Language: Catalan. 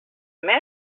més